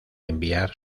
enviar